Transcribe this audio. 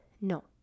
No